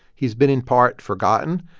he's been, in part, forgotten.